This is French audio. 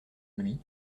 lui